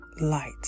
light